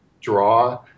draw